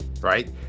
right